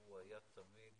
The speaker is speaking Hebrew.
הוא היה תמיד